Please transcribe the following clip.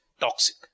toxic